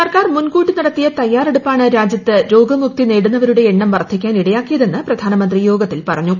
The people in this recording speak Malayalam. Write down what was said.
സർക്കുർ മുൻകൂട്ടി നടത്തിയ തയ്യാറെടുപ്പാണ് രാജൃത്ത് രോഗ്ലമുക്ത് നേടുന്നവരുടെ എണ്ണം വർദ്ധിക്കാൻ ഇടയാക്കിയതെന്ന് പ്രധാനമന്ത്രി യോഗത്തിൽ പറഞ്ഞു